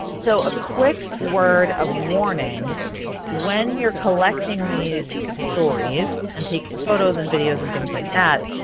so a quick word of warning when you are collecting these stories and taking photos and videos and things like that,